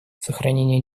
сохранение